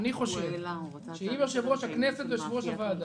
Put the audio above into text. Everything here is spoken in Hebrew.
אני חושב שאם יושב-ראש הכנסת ויושב-ראש הוועדה,